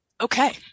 okay